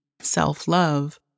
self-love